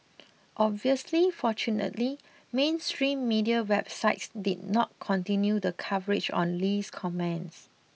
obviously fortunately mainstream media websites did not continue the coverage on Lee's comments